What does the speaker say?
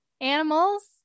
animals